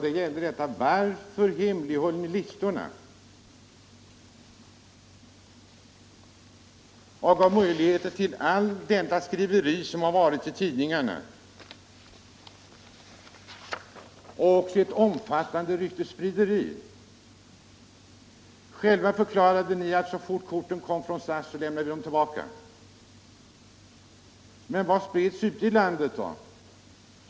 Den löd: Varför hemlighöll regeringen listorna och möjliggjorde alla dessa skriverier i tidningarna och ett omfattande ryktessprideri? Ni förklarade att så fort korten kom från SAS, så lämnade ni dem tillbaka. Men vilka rykten var det som spreds ute i landet?